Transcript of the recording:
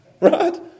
Right